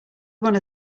one